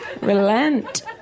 Relent